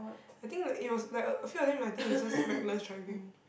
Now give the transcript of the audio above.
the thing like it was like a a few of them I think is just reckless driving